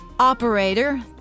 Operator